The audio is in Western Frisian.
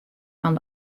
fan